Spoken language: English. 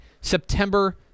September